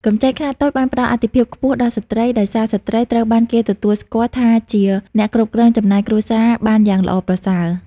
កម្ចីខ្នាតតូចបានផ្ដល់អាទិភាពខ្ពស់ដល់ស្ត្រី ដោយសារស្ត្រីត្រូវបានគេទទួលស្គាល់ថាជាអ្នកគ្រប់គ្រងចំណាយគ្រួសារបានយ៉ាងល្អប្រសើរ។